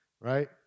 right